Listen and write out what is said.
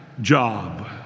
job